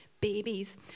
babies